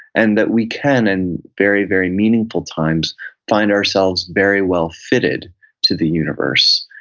and that we can in very, very meaningful times find ourselves very well-fitted to the universe.